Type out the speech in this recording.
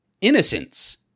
Innocence